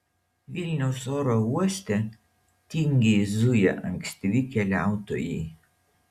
vilniaus oro uoste tingiai zuja ankstyvi keliautojai